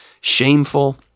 shameful